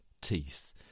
teeth